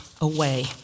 away